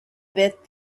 bit